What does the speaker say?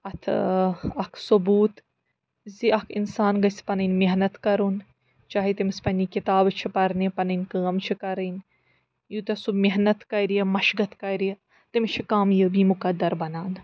اَتھ ٲں اَکھ ثبوٗت زِ اَکھ اِنسان گژھہِ پَنٕنۍ محنت کَرُن چاہے تٔمِس پننہِ کِتابہٕ چھِ پَرنہِ پَنٕنۍ کٲم چھِ کَرٕنۍ یوٗتاہ سُہ محنت کَرِ مَشقَت کَرِ تٔمِس چھِ کامیٲبی مُقَدر بَنان